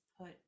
put